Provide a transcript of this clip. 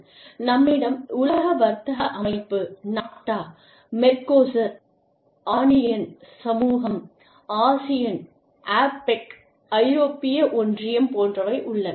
நம்மிடம் உலக வர்த்தக அமைப்பு நாஃப்டா மெர்கோசூர் ஆண்டியன் சமூகம் ஆசியன் அப்பெக் ஐரோப்பிய ஒன்றியம் போன்றவை உள்ளன